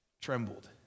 trembled